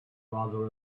rather